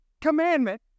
commandment